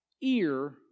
ear